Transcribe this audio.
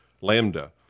Lambda